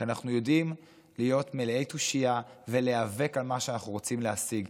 כי אנחנו יודעים להיות מלאי תושייה ולהיאבק על מה שאנחנו רוצים להשיג.